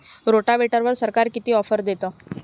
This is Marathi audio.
रोटावेटरवर सरकार किती ऑफर देतं?